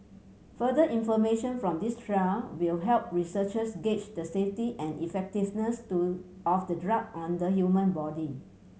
further information from this trial will help researchers gauge the safety and effectiveness to of the drug on the human body